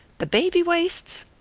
the baby-waists?